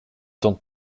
temps